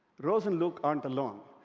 rose and luke aren't alone.